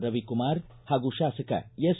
ರವಿಕುಮಾರ್ ಹಾಗೂ ಶಾಸಕ ಎಸ್